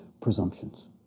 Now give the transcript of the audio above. presumptions